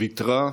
ויתרה.